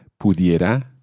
pudiera